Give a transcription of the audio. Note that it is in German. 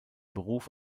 beruf